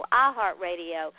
iHeartRadio